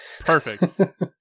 Perfect